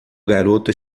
garoto